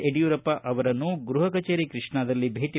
ಯಡಿಯೂರಪ್ಪ ಅವರನ್ನು ಗೃಹ ಕಚೇರಿ ಕೃಷ್ಣಾದಲ್ಲಿ ಭೇಟಿ